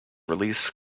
release